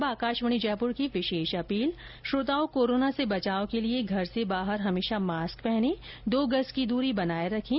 और अब आकाशवाणी जयपुर के समाचार विभाग की विशेष अपील श्रोताओं कोरोना से बचाव के लिए घर से बाहर हमेशा मास्क पहनें और दो गज की दूरी बनाए रखें